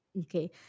okay